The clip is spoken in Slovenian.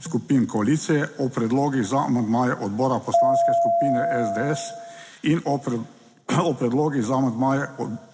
skupin koalicije o predlogih za amandmaje odbora Poslanske skupine SDS in o predlogih za amandmaje odbora